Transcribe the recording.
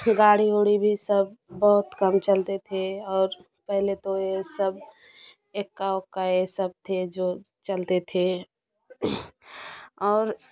गाड़ी उड़ी भी सब बहुत कम चलते थे और पहले तो ये सब एक्का उक्का ये सब थे जो चलते थे और